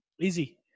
easy